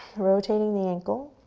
rotating the ankle.